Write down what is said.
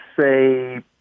say